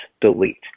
delete